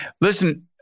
Listen